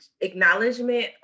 acknowledgement